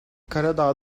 karadağ